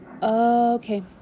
Okay